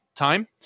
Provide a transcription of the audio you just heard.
time